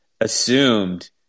assumed